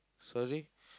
sorry